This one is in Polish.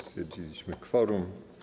Stwierdziliśmy kworum.